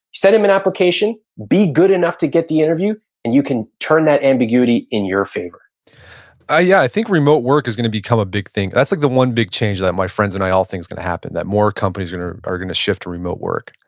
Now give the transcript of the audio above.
send them an application. be good enough to get the interview and you can turn that ambiguity in your favor yeah, i yeah think remote work is gonna become a big thing. that's like the one big change that my friends and i all think's gonna happen, that more companies are are gonna shift to remote work